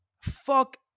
Fuck